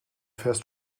fährst